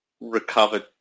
recovered